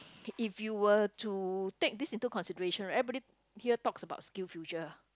if you were to take this into consideration right everybody here talks about Skill Future